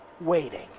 waiting